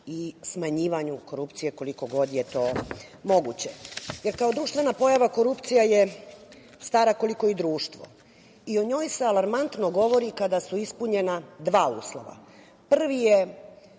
i smanjivanju korupcije koliko god je to moguće. Kao društvena pojava korupcija je stara koliko i društvo i o njoj se alarmantno govori kada su ispunjena dva uslova. Prvi je